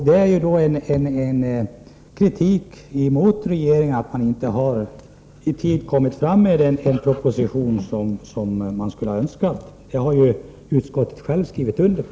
Detta är ju en kritik mot regeringen för att den inte i tid har lagt fram en proposition i detta avseende. Det har utskottet självt skrivit under på.